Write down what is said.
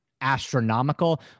astronomical